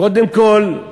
קודם כול,